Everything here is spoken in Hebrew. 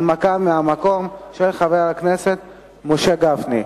הנמקה מהמקום של חבר הכנסת משה גפני.